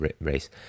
race